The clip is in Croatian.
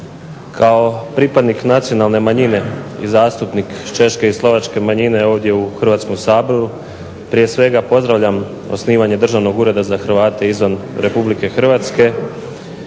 Kao pripadnik nacionalne manjine i zastupnik češke i slovačke manjine ovdje u Hrvatskom saboru prije svega pozdravljam osnivanje Državnog ureda za Hrvate izvan Republike Hrvatske